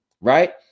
right